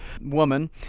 woman